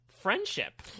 friendship